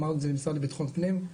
אמרנו את זה למשרד לבטחון פנים,